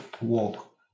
walk